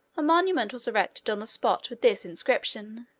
a monument was erected on the spot with this inscription